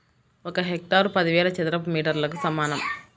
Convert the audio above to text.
ఒక హెక్టారు పదివేల చదరపు మీటర్లకు సమానం